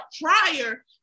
prior